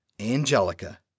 Angelica